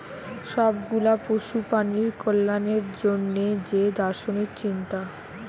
সব গুলা পশু প্রাণীর কল্যাণের জন্যে যে দার্শনিক চিন্তা